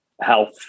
health